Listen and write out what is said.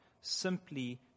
simply